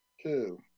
Two